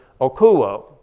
okuo